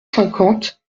cinquante